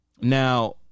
Now